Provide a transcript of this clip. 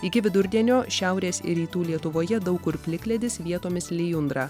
iki vidurdienio šiaurės rytų lietuvoje daug kur plikledis vietomis lijundra